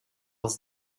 als